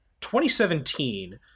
2017